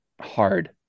hard